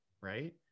right